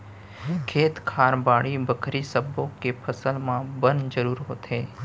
खेत खार, बाड़ी बखरी सब्बो के फसल म बन जरूर होथे